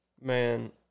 Man